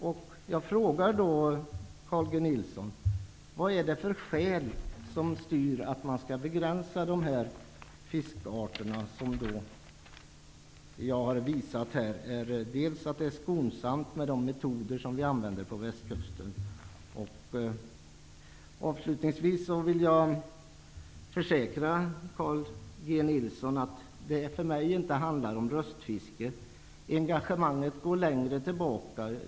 Jag vill därför fråga Carl G Nilsson: Vilka skäl är det som styr att man skall begränsa fisket av de fiskarter som jag har visat att det är skonsamt att fiska med de metoder som vi använder på Västkusten? Avslutningsvis vill jag försäkra Carl G Nilsson att det för mig inte handlar om röstfiske. Engagemanget går längre tillbaka.